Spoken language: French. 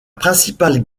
principale